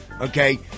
okay